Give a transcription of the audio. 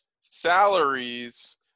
salaries